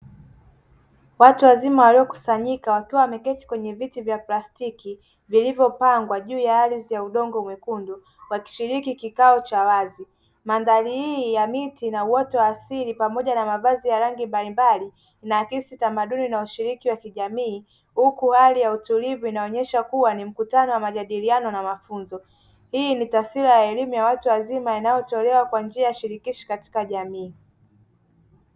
Watu wazima waliokusanyika wakiwa wameketi kwenye viti vya plastiki vilivyopangwa juu ya ardhi ya udongo mwekundu wakishiriki kikao cha wazi. Mandhari hii ya miti ina uoto wa asili, pamoja na mavazi ya rangi mbalimbali, inaakisi tamaduni na ushiriki wa kijamii. Huku hali ya utulivu inaonesha kuwa ni mkutano wa majadiliano na mafunzo. Hii ni taswira ya elimu ya watu wazima inayotolewa kwa njia ya shirikishi katika jamii.